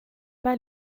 pas